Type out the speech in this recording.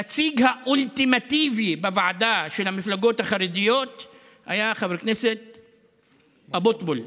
הנציג האולטימטיבי של המפלגות החרדיות בוועדה היה חבר הכנסת אבוטבול,